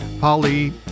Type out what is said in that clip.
Polly